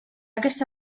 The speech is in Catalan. aquesta